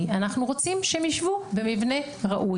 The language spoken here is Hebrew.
אנחנו רוצים שהם יישבו במבנה ראוי.